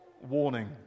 warning